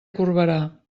corberà